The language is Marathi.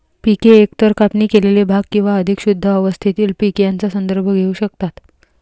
पिके एकतर कापणी केलेले भाग किंवा अधिक शुद्ध अवस्थेतील पीक यांचा संदर्भ घेऊ शकतात